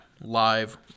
live